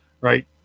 right